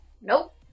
nope